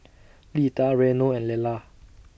Lida Reno and Lelar